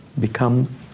become